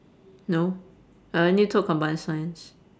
no I only took combined science